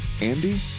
Andy